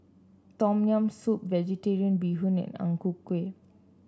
Tom Yam Soup vegetarian Bee Hoon and Ang Ku Kueh